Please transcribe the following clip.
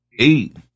eight